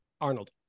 Arnold